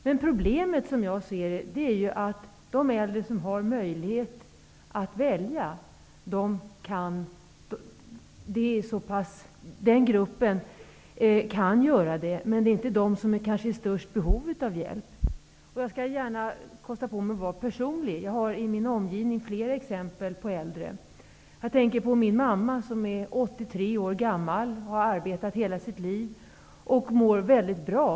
Men problemet, som jag ser det, är att de äldre som har möjlighet att välja också kan göra det, men de är inte i störst behov av hjälp. Jag skall gärna kosta på mig att vara personlig. Jag har i min omgivning flera exempel på äldre. Jag tänker på min mamma, som är 83 år gammal. Hon har arbetat hela sitt liv och mår väldigt bra.